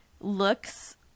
looks